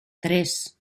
tres